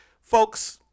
folks